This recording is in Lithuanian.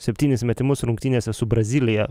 septynis metimus rungtynėse su brazilija